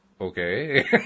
okay